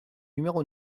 numéro